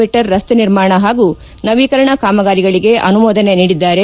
me ರಸ್ತೆ ನಿರ್ಮಾಣ ಹಾಗೂ ನವೀಕರಣ ಕಾಮಗಾರಿಗಳಿಗೆ ಅನುಮೋದನೆ ನೀಡಿದ್ದಾರೆ